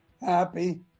happy